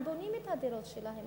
הם בונים את הדירות שלהם,